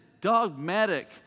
dogmatic